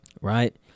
Right